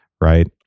right